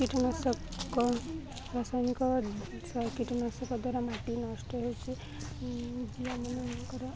କୀଟନାଶକ ରାସାୟନିକ କୀଟନାଶକ ଦ୍ୱାରା ମାଟି ନଷ୍ଟ ହେଉଛି ଯିଏ ଆମମାନଙ୍କର